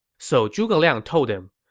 so zhuge liang told him,